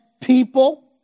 people